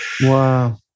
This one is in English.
Wow